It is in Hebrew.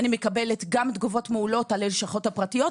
מקבלת גם תגובות מעולות על הלשכות הפרטיות,